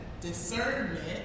discernment